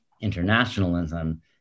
internationalism